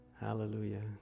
Hallelujah